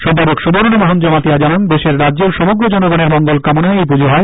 সম্পাদক সুবর্ণমোহন জমাতিয়া জানান দেশের রাজ্যের ও সমগ্র জনগনের মঙ্গল কামনায় এই পুজো হয়